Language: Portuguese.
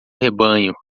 rebanho